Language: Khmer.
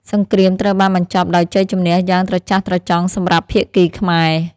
សង្រ្គាមត្រូវបានបញ្ចប់ដោយជ័យជម្នះយ៉ាងត្រចះត្រចង់សម្រាប់ភាគីខ្មែរ។